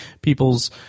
people's